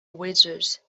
wizards